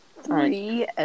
Three